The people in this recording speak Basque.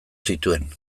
zituen